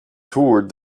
toured